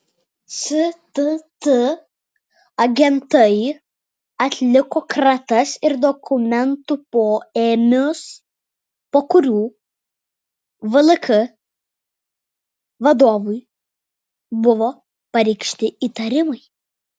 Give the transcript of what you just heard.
stt agentai atliko kratas ir dokumentų poėmius po kurių vlk vadovui buvo pareikšti įtarimai